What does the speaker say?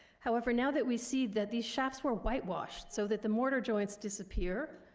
however, now that we see that these shafts were whitewashed, so that the mortar joints disappear,